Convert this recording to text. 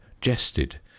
jested